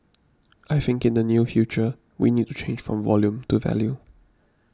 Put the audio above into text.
I think in the near future we need to change from volume to value